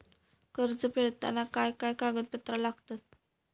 कर्ज फेडताना काय काय कागदपत्रा लागतात?